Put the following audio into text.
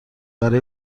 برای